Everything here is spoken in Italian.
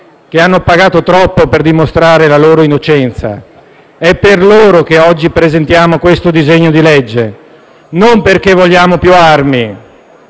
che hanno pagato troppo per dimostrare la loro innocenza. È per loro che oggi presentiamo questo disegno di legge, non perché vogliamo più armi,